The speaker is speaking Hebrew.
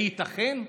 הייתכן?